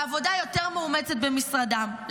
לעבודה יותר מאומצת במשרדם,